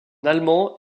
allemand